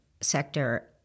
sector